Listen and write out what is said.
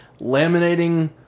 laminating